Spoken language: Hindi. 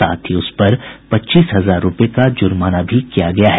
साथ ही उस पर पच्चीस हजार रूपये का जुर्माना भी किया गया है